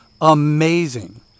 amazing